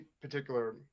particular